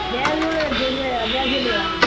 जय झूले झूलेलाल जय झूलेलाल